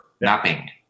mapping